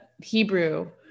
Hebrew